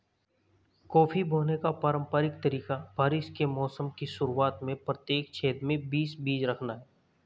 coffee बोने का पारंपरिक तरीका बारिश के मौसम की शुरुआत में प्रत्येक छेद में बीस बीज रखना है